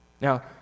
Now